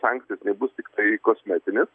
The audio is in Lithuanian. sankcijos nebus tiktai kosmetinės